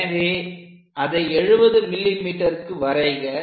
எனவே அதை 70 mmக்கு வரைக